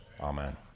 Amen